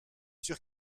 sûr